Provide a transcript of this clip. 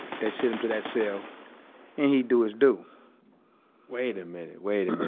they send him to that cell and he'd do his due wait a minute. wait